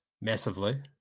massively